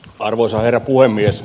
arvoisa herra puhemies